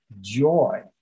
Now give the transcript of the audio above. Joy